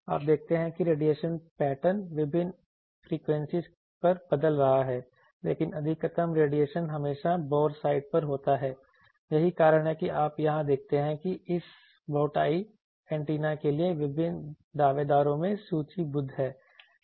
आप देखते हैं कि रेडिएशन पैटर्न विभिन्न फ्रीक्वेंसीज पर बदल रहा है लेकिन अधिकतम रेडिएशन हमेशा बोर साइट पर होता है यही कारण है कि आप यहां देखते हैं कि यह इस बोटाई एंटीना के लिए विभिन्न दावेदारों में सूचीबद्ध है